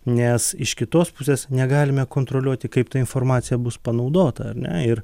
nes iš kitos pusės negalime kontroliuoti kaip informacija bus panaudota ar ne ir